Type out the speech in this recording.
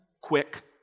quick